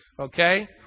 okay